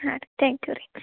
ಹಾಂ ರೀ thank you ರೀ